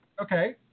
Okay